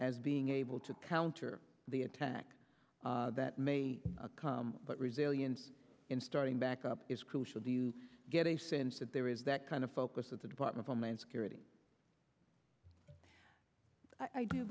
as being able to counter the attack that may occur but resilience in starting back up is crucial do you get a sense that there is that kind of focus at the department of homeland security i